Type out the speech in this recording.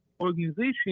organization